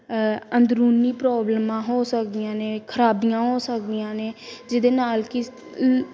ਅੰਦਰੂਨੀ ਪ੍ਰੋਬਲਮਾਂ ਹੋ ਸਕਦੀਆਂ ਨੇ ਖਰਾਬੀਆਂ ਹੋ ਸਕਦੀਆਂ ਨੇ ਜਿਹਦੇ ਨਾਲ ਕਿ